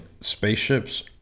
spaceships